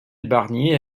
barnier